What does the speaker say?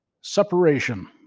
Separation